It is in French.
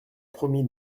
promis